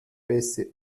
bässe